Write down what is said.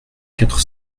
quatre